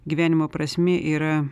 gyvenimo prasmė yra